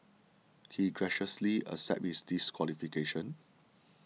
he graciously accepted his disqualification